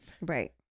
Right